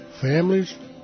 families